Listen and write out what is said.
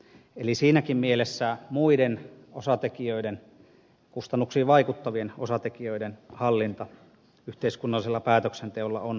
eli siinäkin mielessä muiden kustannuksiin vaikuttavien osatekijöiden hallinta yhteiskunnallisella päätöksenteolla on tärkeää